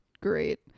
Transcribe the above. great